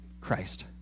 Christ